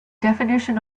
definition